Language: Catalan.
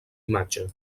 imatge